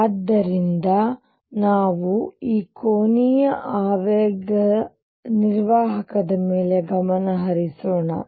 ಆದ್ದರಿಂದ ನಾವು ಈಗ ಕೋನೀಯ ಆವೇಗ ನಿರ್ವಾಹಕರ ಮೇಲೆ ಗಮನ ಹರಿಸೋಣ